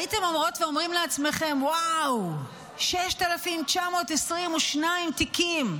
הייתם אומרות ואומרים לעצמכם: וואו, 6,922 תיקים.